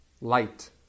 light